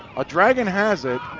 a dragon has it,